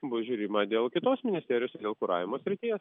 bus žiūrima dėl kitos ministerijos ir dėl kuravimo srities